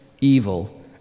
evil